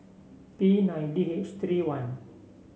P nine D H three one